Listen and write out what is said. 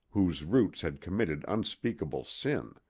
whose roots had committed unspeakable sin.